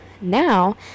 now